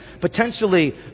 potentially